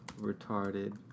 retarded